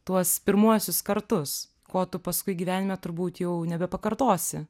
tuos pirmuosius kartus ko tu paskui gyvenime turbūt jau nebepakartosi